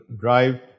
drive